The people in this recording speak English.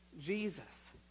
Jesus